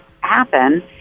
happen